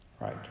Right